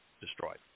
destroyed